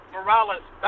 Morales